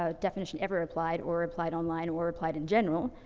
ah definition ever applied, or applied online, or applied in general.